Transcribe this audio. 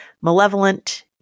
malevolent